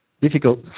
difficult